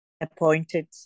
appointed